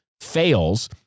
fails